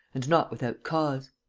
and not without cause.